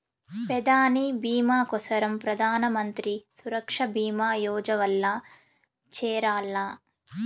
పెదాని బీమా కోసరం ప్రధానమంత్రి సురక్ష బీమా యోజనల్ల చేరాల్ల